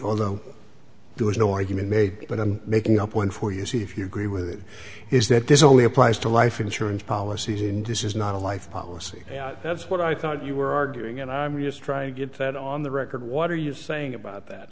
although there was no argument made but i'm making up one for you see if you agree with it is that this only applies to life insurance policies and this is not a life policy that's what i thought you were arguing and i'm just trying to get that on the record what are you saying about that